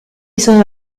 sono